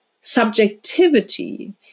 subjectivity